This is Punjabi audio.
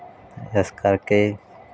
ਇਸ ਕਰਕੇ